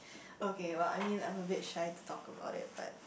okay well I mean I'm a bit shy to talk about it but